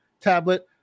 tablet